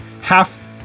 half